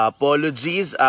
Apologies